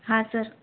हाँ सर